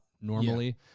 normally